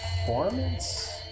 performance